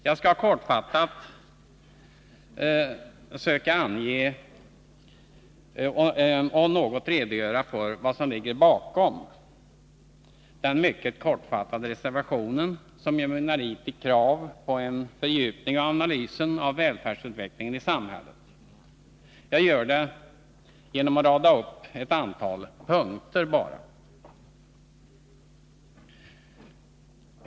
Jag skall kortfattat söka något redogöra för vad som ligger bakom den mycket kortfattade reservationen, som ju mynnar ut i krav på en fördjupning av analysen av välfärdsutvecklingen i samhället. Jag gör det genom att rada upp ett antal punkter.